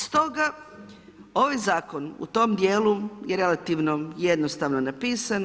Stoga, ovaj Zakon u tom dijelu je relativno jednostavno napisan.